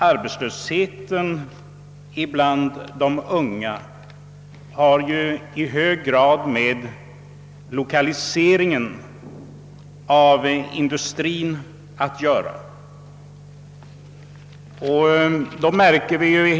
Arbetslösheten bland de unga beror i mycket hög grad på lokaliseringen av industrin.